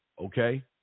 Okay